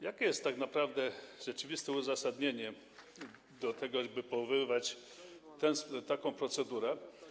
Jakie jest tak naprawdę rzeczywiste uzasadnienie tego, żeby powoływać taką procedurę?